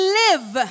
live